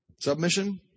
Submission